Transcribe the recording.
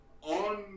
on